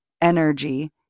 energy